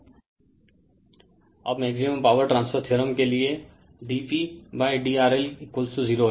Refer Slide Time 2240 अब maximum power transfer theorem के लिए dPdRL0 हैं